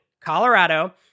Colorado